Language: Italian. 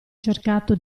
cercato